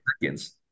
seconds